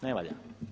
Ne valja.